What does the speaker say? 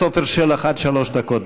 הכבוד, חבר הכנסת עפר שלח, עד שלוש דקות.